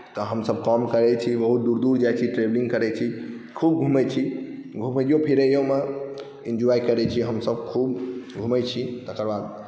तऽ हमसभ काम करैत छी बहुत दूर दूर जाइत छी ट्रेवलिंग करैत छी खूब घूमैत छी घूमैओ फिरैओमे एन्जॉय करैत छी हमसभ खूब घूमैत छी तकर बाद